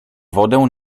wodę